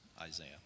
Isaiah